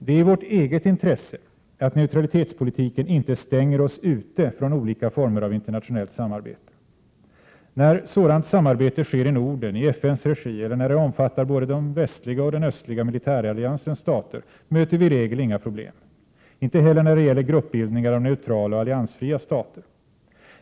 Det är i vårt eget intresse att neutralitetspolitiken inte stänger oss ute från olika former av internationellt samarbete. När sådant samarbete sker i Norden, i FN:s regi eller när det omfattar både den västliga och den östliga militäralliansens stater möter vi i regelinga problem. Inte heller när det gäller gruppbildningar av neutrala och alliansfria stater.